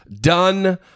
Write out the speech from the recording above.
done